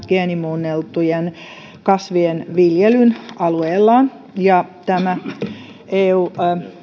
geenimuunneltujen kasvien viljelyn alueillaan ja tämä eu